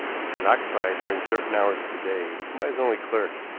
which was occupied during certain hours of the day by his only clerk,